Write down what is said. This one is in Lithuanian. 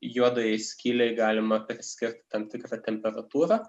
juodajai skylei galima priskirti tam tikrą temperatūrą